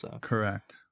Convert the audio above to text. Correct